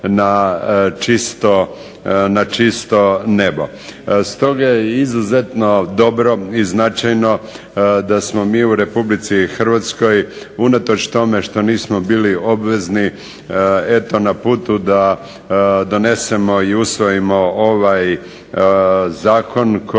na čisto nebo". Stoga je izuzetno dobro i značajno da smo mi u RH unatoč tome što nismo bili obvezni eto na putu da donesemo i usvojimo ovaj zakon koji